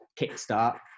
kickstart